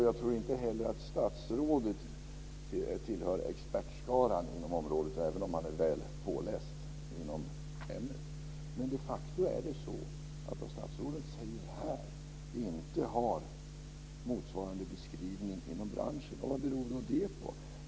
Jag tror att inte heller statsrådet tillhör expertskaran inom området, även om han är väl påläst inom ämnet. De facto är det så att vad statsrådet här säger inte möter motsvarande beskrivning inom branschen. Vad beror då det på?